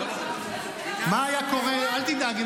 אל תדאג,